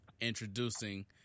introducing